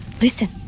Listen